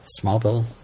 Smallville